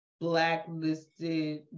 blacklisted